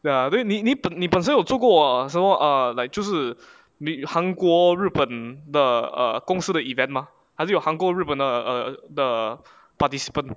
ya 对你你你本身有做过什么 err like 就是女韩国日本的 err 公司的 event mah 还是有韩国日本的 err the participant